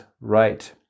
right